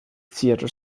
theatre